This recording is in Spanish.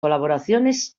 colaboraciones